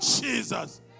Jesus